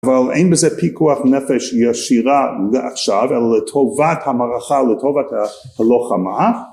אבל אין בזה פיקוח נפש ישירה לעכשיו אלא לטובת המערכה לטובת הלוחמה